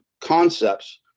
concepts